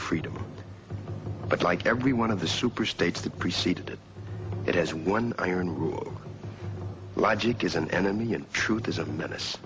freedom but like every one of the super states that preceded it has one iron rule logic is an enemy and truth is a menace